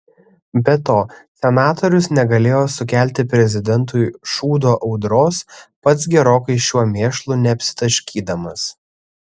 be to senatorius negalėjo sukelti prezidentui šūdo audros pats gerokai šiuo mėšlu neapsitaškydamas